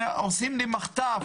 עושים לי מחטף,